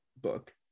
book